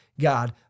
God